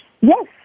Yes